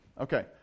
Okay